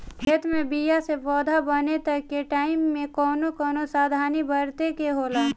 खेत मे बीया से पौधा बने तक के टाइम मे कौन कौन सावधानी बरते के होला?